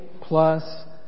plus